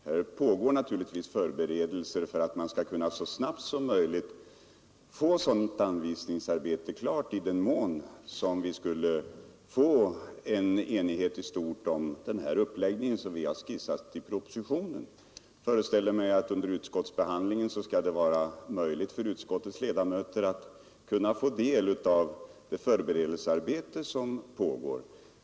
Det pågår naturligtvis förberedelser för att man så snabbt som möjligt skall kunna utföra sådant anvisningsarbete, om det skulle bli en enighet i stort om den uppläggning som vi har skisserat i propositionen. Jag föreställer mig att det under utskottsbehandlingen skall bli möjligt för utskottets ledamöter att ta del av det förberedelsearbete som pågår.